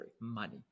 money